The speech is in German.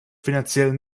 finanziellen